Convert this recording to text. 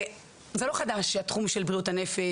לא חדש לי התחום של בריאות הנפש,